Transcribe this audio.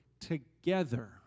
together